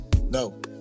no